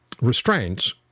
restraints